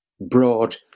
broad